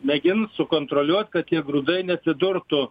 mėgins sukontroliuot kad tie grūdai neatsidurtų